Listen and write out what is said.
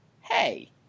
hey